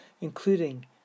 including